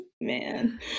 man